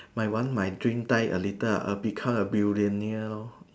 my own my dream die a little err I'll become a billionaire lor